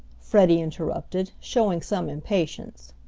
freddie interrupted, showing some impatience.